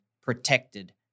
protected